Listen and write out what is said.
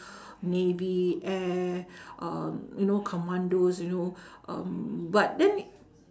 navy air um you know commandos you know um but then